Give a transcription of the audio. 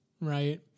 Right